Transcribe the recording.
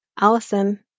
Allison